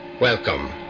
Welcome